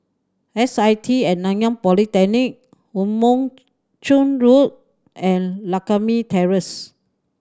S I T At Nanyang Polytechnic Woo Mon Chew Road and Lakme Terrace